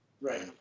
right